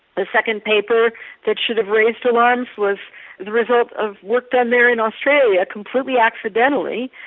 the second paper that should have raised alarms was the result of work done there in australia completely accidentally,